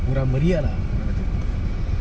kurang meriah lah orang kata